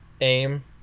AIM